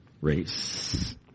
race